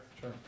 Sure